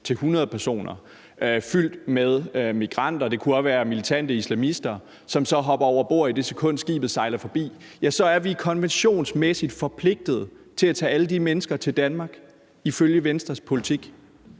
med migranter, og det kunne også være militante islamister, som så hopper over bord, i det sekund skibet sejler forbi, så er vi konventionsmæssigt forpligtet til at tage alle de mennesker til Danmark, ifølge Venstres politik.